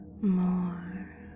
More